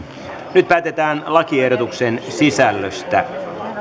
nyt päätetään lakiehdotuksen sisällöstä